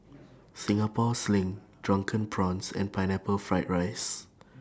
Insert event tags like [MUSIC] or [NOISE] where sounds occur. Singapore Sling Drunken Prawns and Pineapple Fried Rice [NOISE]